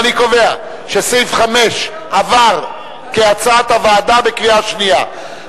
אני קובע שסעיף 5 עבר כהצעת הוועדה בקריאה שנייה.